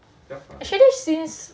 actually since